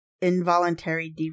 involuntary